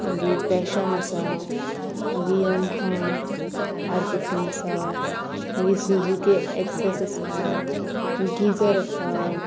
मागीर पॅशन आसा मागी यम्हर फिफ्टीन आसा मागी सुजूके एक्सेस आसा गिजर आसा